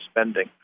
spending